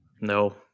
No